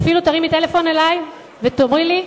אפילו תרימי טלפון אלי ותאמרי לי: